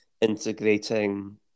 integrating